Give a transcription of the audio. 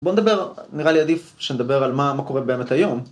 בוא נדבר, נראה לי עדיף שנדבר על מה קורה באמת היום.